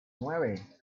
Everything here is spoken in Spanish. nueve